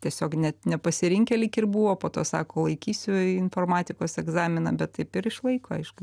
tiesiog net nepasirinkę lyg ir buvo po to sako laikysiu informatikos egzaminą bet taip ir išlaiko aišku